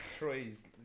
Troy's